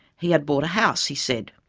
he had bought a house, he said.